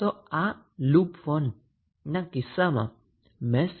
તો આ લુપ 1 ના કિસ્સામાં મેશ સમીકરણની વેલ્યુ કેટલી હશે